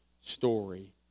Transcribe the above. story